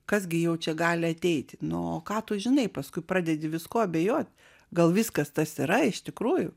kas gi jau čia gali ateiti nu o ką tu žinai paskui pradedi viskuo abejot gal viskas tas yra iš tikrųjų